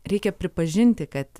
reikia pripažinti kad